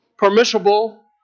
permissible